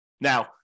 Now